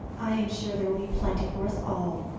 i am sure there will be plenty for us all,